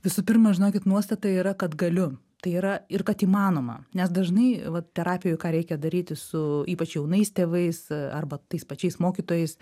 visų pirma žinokit nuostata yra kad galiu tai yra ir kad įmanoma nes dažnai vat terapijoj ką reikia daryti su ypač jaunais tėvais arba tais pačiais mokytojais